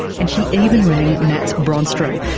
and she even rang mats brannstrom,